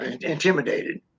intimidated